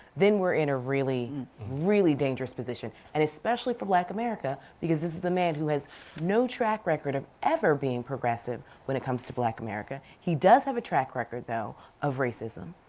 then we're in a really really dangerous position. and especially for black america because this is a man who has no track record of ever being progressive when it comes to black america. he does have a track record though of racism,